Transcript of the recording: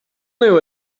knew